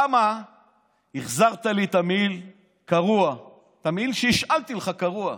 למה החזרת לי את המעיל שהשאלתי לך קרוע?